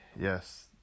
yes